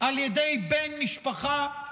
על ידי בן משפחה,